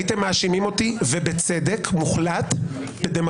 וכך הייתי מציג את החוק כאילו הוא מיועד להתגבר על פגיעה של בית